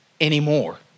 anymore